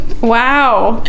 Wow